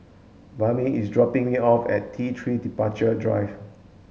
Bama is dropping me off at T three Departure Drive